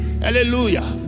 hallelujah